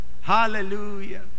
Hallelujah